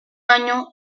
año